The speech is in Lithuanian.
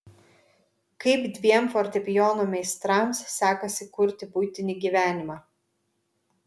kaip dviem fortepijono meistrams sekasi kurti buitinį gyvenimą